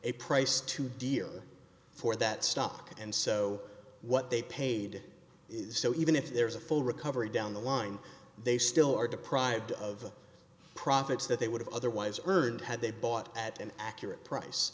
a price too dear for that stock and so what they paid is so even if there is a full recovery down the line they still are deprived of profits that they would have otherwise earned had they bought at an accurate price